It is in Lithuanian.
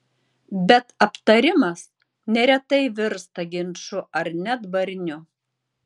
bet aptarimas neretai virsta ginču ar net barniu